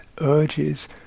urges